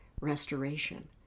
restoration